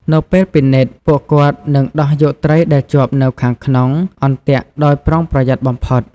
នៅពេលពិនិត្យ ពួកគាត់នឹងដោះយកត្រីដែលជាប់នៅខាងក្នុងអន្ទាក់ដោយប្រុងប្រយ័ត្នបំផុត។